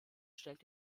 stellt